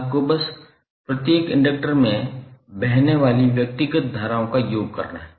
आपको बस प्रत्येक इंडक्टर में बहने वाली व्यक्तिगत धाराओं का योग करना है